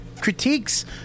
critiques